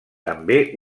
també